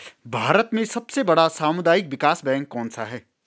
भारत में सबसे बड़ा सामुदायिक विकास बैंक कौनसा है?